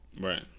right